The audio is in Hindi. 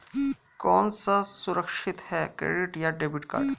कौन सा सुरक्षित है क्रेडिट या डेबिट कार्ड?